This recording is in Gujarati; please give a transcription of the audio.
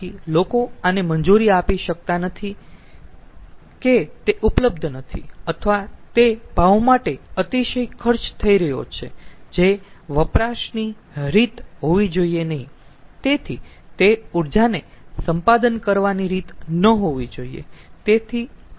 તેથી લોકો આને મંજૂરી આપી શકતા નથી કે તે ઉપલબ્ધ નથી અથવા તે ભાવ માટે અતિશય ખર્ચ થઇ રહ્યો છે જે વપરાશની રીત હોવી જોઈયે નહીં તેથી તે ઊર્જાને સંપાદન કરવાની રીત ન હોવી જોઈયે